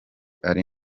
ari